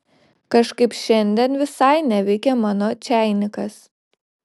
kažkaip šiandien visai neveikia mano čeinikas